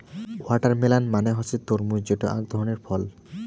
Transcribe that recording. watermelon মানে হসে তরমুজ যেটো আক ধরণের ফল